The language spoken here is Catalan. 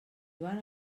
joan